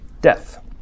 Death